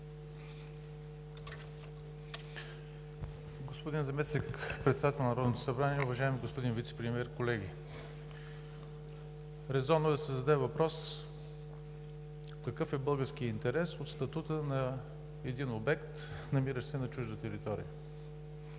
Господин Заместник-председател на Народното събрание, уважаеми господин Вицепремиер, колеги! Резонно е да се зададе въпрос какъв е българският интерес от статута на един обект, намиращ се на чужда територия.